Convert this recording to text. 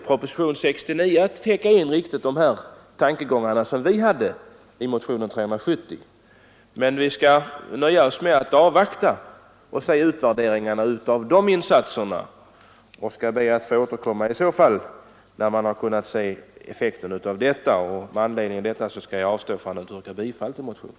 Proposition nr 69 täcker inte riktigt in de tankegångar som vi har i motion 370. Men vi skall nöja oss med att avvakta och se utvärderingarna av de insatserna, och vi skall be att få återkomma när man har kunnat se effekten av dessa åtgärder. Med anledning av detta skall jag avstå från att yrka bifall till motionen.